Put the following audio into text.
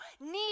need